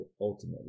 ultimately